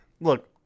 Look